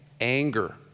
anger